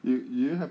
you you